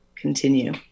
continue